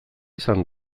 izan